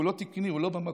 הוא לא תקני, הוא לא במקום.